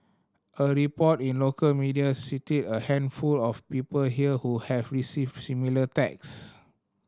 a report in local media cited a handful of people here who have received similar text